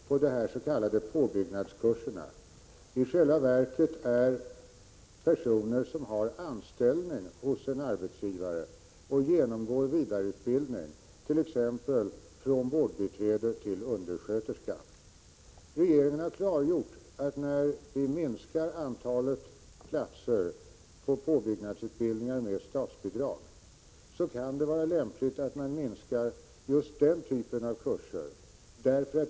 Fru talman! Vad regeringen visste var att många elever på de s.k. påbyggnadskurserna i själva verket är personer som har anställning hos en arbetsgivare och genomgår vidareutbildning, t.ex. från vårdbiträde till undersköterska. Regeringen har klargjort att när vi minskar antalet platser på påbyggnadsutbildningar med statsbidrag, kan det vara lämpligt att man minskar just den typen av kurser.